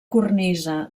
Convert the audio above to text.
cornisa